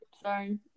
sorry